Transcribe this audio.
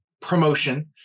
promotion